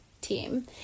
team